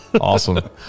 Awesome